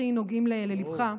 הכי נוגעים לליבך.